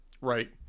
Right